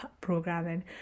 programming